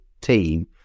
team